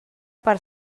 per